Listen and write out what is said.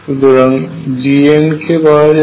সুতরাং Gn কে 2πa বলা যায়